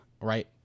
right